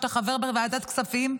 שאתה חבר בוועדת כספים,